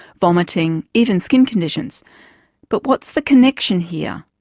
vomiting, even skin conditions but what's the connection here?